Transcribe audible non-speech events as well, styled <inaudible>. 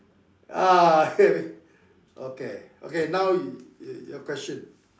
ah <laughs> okay okay now you your question